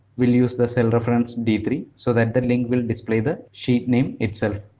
will use the cell reference d three so that the link will display the sheet name itself.